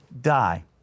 die